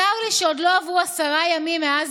צר לי שעוד לא עברו עשרה ימים מאז